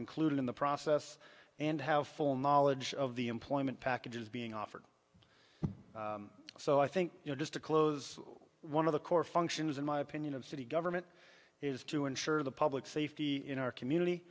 included in the process and how full knowledge of the employment package is being offered so i think you know just to close one of the core functions in my opinion of city government is to ensure the public safety in our community